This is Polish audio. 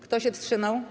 Kto się wstrzymał?